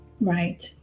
Right